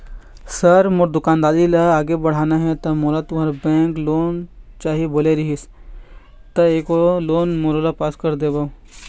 Sir मोर दुकानदारी ला आगे बढ़ाना हे ता मोला तुंहर बैंक लोन चाही बोले रीहिस ता एको लोन मोरोला पास कर देतव?